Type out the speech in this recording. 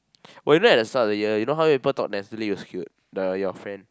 oh you know at the start of the year you know how people thought Natalie was cute the your friend